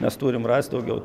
mes turim rast daugiau